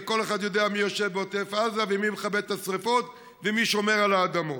וכל אחד יודע מי יושב בעוטף עזה ומי מכבה את השרפות ומי שומר על האדמות.